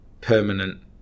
permanent